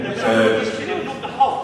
שנבנו לא כחוק.